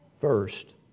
First